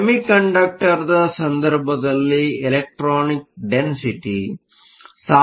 ಸೆಮಿಕಂಡಕ್ಟರ್ದ ಸಂದರ್ಭದಲ್ಲಿ electronic density ಸಾಮಾನ್ಯವಾಗಿ ಕಡಿಮೆ ಇರುತ್ತದೆ